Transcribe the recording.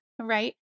right